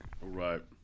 Right